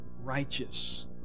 righteous